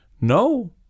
No